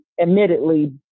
admittedly